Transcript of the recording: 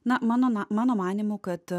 na mano ma mano manymu kad